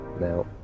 Now